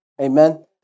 Amen